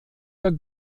der